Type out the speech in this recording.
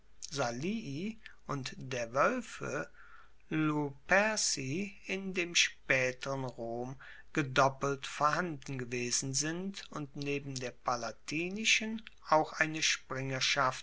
und der woelfe luperci in dem spaeteren rom gedoppelt vorhanden gewesen sind und neben der palatinischen auch eine